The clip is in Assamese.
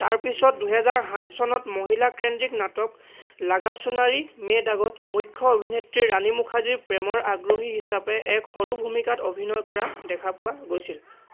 তাৰপিছত দুহেজাৰ সাত চনত মহিলা কেন্দ্ৰিক নাটক লাগা চুনাৰী মে দাগত মুখ্য অভিনেত্ৰী ৰাণী মুখাৰ্জীৰ প্ৰেমৰ আগ্ৰহী হিচাপে এক সৰু ভূমিকাত অভিনয় কৰা দেখা পোৱা গৈছিল